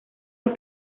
los